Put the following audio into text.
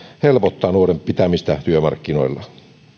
helpottaa nuoren pitämistä työmarkkinoilla